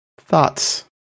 thoughts